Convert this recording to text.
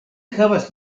havas